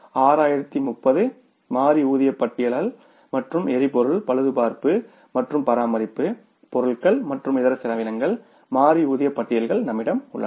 6030 மாறி ஊதிய பட்டியலல் மற்றும் எரிபொருள் பழுது மற்றும் பராமரிப்பு பொருட்கள் மற்றும் இதர செலவினங்கள் மாறி ஊதிய பட்டியல்கள் உள்ளன